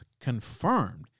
confirmed